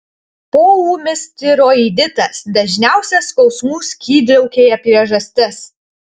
poūmis tiroiditas dažniausia skausmų skydliaukėje priežastis